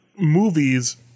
movies